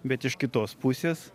bet iš kitos pusės